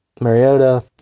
Mariota